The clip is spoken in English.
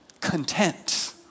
content